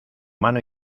mano